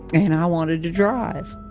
and i wanted to drive.